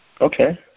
Okay